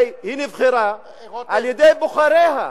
הרי היא נבחרה על-ידי בוחריה,